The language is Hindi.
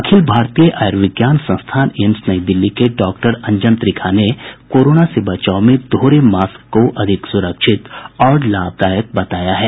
अखिल भारतीय आयुर्विज्ञान संस्थान एम्स नई दिल्ली के डॉक्टर अंजन त्रिखा ने कोरोना से बचाव में दोहरे मास्क को अधिक सुरक्षित और लाभदायक बताया है